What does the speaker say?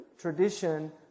tradition